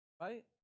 right